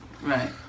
right